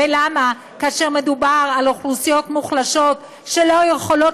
ולמה כאשר מדובר על אוכלוסיות מוחלשות שלא יכולות